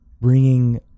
bringing